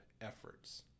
efforts